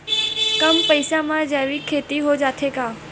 कम पईसा मा जैविक खेती हो जाथे का?